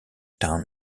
town